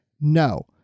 no